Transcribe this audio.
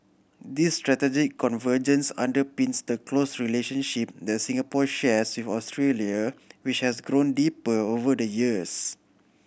this strategic convergence underpins the close relationship that Singapore shares Australia which has grown deeper over the years